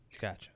Gotcha